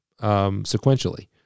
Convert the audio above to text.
sequentially